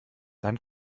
dann